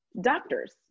doctors